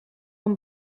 een